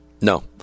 No